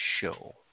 show